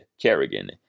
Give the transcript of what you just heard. Kerrigan